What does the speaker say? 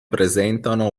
presentano